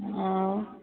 ଆଉ